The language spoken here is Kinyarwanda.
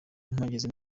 mpagaze